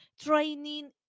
training